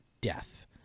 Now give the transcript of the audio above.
death